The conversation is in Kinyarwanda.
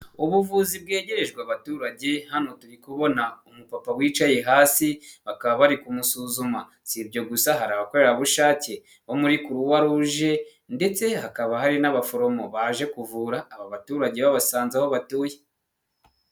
Ubuvuzi bwegerejwe abaturage, hano turi kubona umupapa wicaye hasi, bakaba bari kumusuzuma, si ibyo gusa hari abakorerabushake bo muri kuruwa ruje, ndetse hakaba hari n'abaforomo baje kuvura aba baturage babasanze aho batuye.